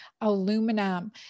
aluminum